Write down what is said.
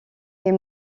est